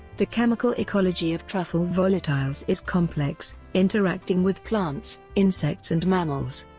the chemical ecology of truffle volatiles is complex, interacting with plants, insects and mammals,